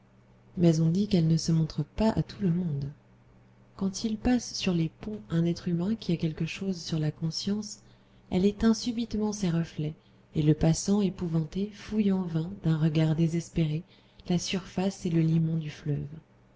mais on dit qu'elle ne se montre pas à tout le monde quand il passe sur les ponts un être humain qui a quelque chose sur la conscience elle éteint subitement ses reflets et le passant épouvanté fouille en vain d'un regard désespéré la surface et le limon du fleuve